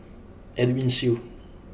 Edwin Siew